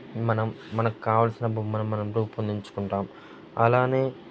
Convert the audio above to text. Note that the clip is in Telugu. మనం మనకు కావలసిన బొమ్మలను మనం రూపొందించుకుంటాము అలానే